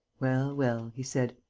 well, well, he said,